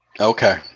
Okay